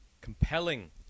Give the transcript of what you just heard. Compelling